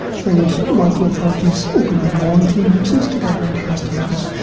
the local authorities organised volunteer nurses to go around house to house.